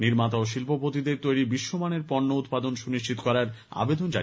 নির্মাতা ও শিল্পপতিদের তিনি বিশ্বমানের পণ্য উৎপাদন সুনিশ্চিত করার আবেদন জানান